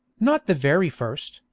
not the very first,